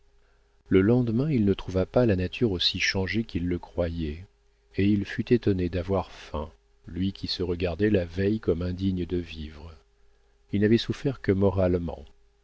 le lendemain il ne trouva pas la nature aussi changée qu'il le croyait et il fut étonné d'avoir faim lui qui se regardait la veille comme indigne de vivre il n'avait souffert que moralement